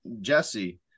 Jesse